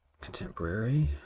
contemporary